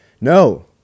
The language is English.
No